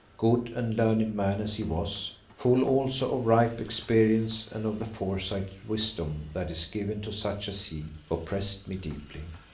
good and learned man as he was, full also of ripe experience and of the foresighted wisdom that is given to such as he, oppressed me deeply.